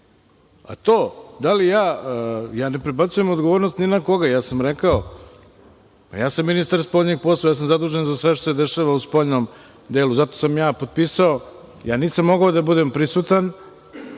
a to da li ja, ne prebacujem odgovornost ni na koga, rekao sam, ja sam ministar spoljnih poslova, zadužen sam za sve što se dešava u spoljnom delu. Zato sam ja potpisao. Ja nisam mogao da budem prisutan